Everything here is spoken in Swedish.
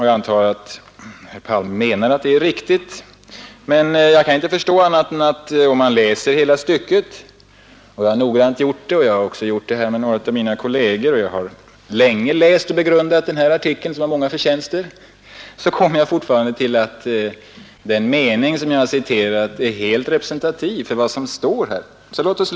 Jag antar att herr Palme menar att det är riktigt, men efter att noggrant ha läst hela stycket tillsammans med några av mina kolleger — och jag har länge studerat och begrundat denna artikel, som har många förtjänster — kommer jag fortfarande fram till att den mening som jag citerade är helt representativ för vad som står i artikeln.